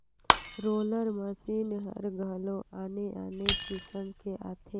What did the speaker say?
roller machine हर घलो आने आने किसम के आथे